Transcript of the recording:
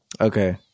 okay